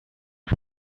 for